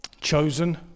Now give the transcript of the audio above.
Chosen